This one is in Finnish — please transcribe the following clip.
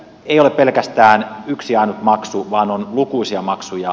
ei ole pelkästään yksi ainut maksu vaan on lukuisia maksuja